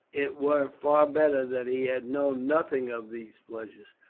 it were far better that he had known nothing of these pleasures.